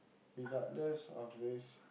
regardless of race